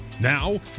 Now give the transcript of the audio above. Now